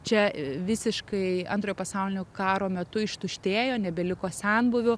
čia visiškai antrojo pasaulinio karo metu ištuštėjo nebeliko senbuvių